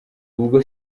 ubwo